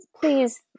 please